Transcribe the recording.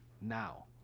now